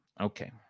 Okay